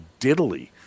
diddly